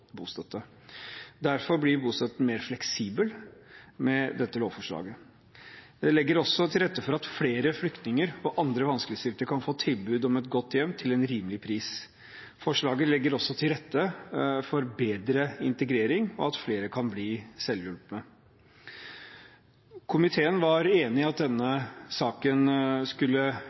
Derfor blir bostøtten mer fleksibel med dette lovforslaget. Det legger også til rette for at flere flyktninger og andre vanskeligstilte kan få tilbud om et godt hjem til en rimelig pris. Forslaget legger også til rette for bedre integrering, og at flere kan bli selvhjulpne. I komiteen var man enig om at denne saken skulle